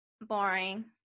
boring